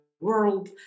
world